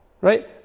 Right